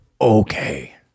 okay